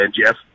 Jeff